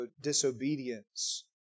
disobedience